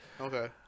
Okay